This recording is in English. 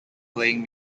playing